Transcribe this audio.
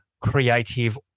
creative